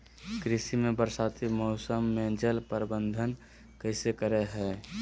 कृषि में बरसाती मौसम में जल प्रबंधन कैसे करे हैय?